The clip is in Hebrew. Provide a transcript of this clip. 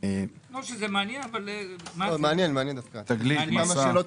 גילוי וזיהוי,